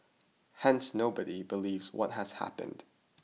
Hence nobody believes what has happened